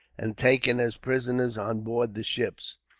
and taken as prisoners on board the ships.